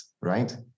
right